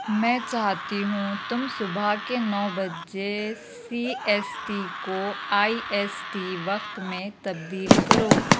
میں چاہتی ہوں تم صبح کے نو بجے سی ایس ٹی کو آئی ایس ٹی وقت میں تبدیل کرو